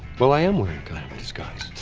well, i am wearing kind of a disguise.